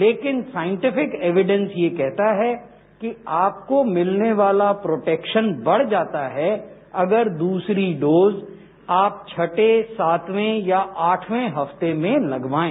लेकिन scientific evidence यह कहा है कि आपको मिलने वाला प्रोटेक्शन बढ़ जाता है अगर दूसरी डोज आप छठे सातवें या आठवें हफ्ते में लगवाएं